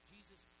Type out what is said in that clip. Jesus